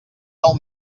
del